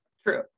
True